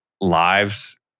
lives